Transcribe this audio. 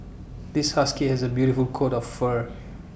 this husky has A beautiful coat of fur